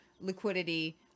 Liquidity